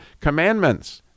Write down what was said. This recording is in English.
commandments